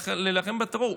להילחם בטרור?